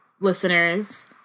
listeners